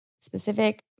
specific